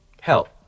help